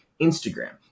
Instagram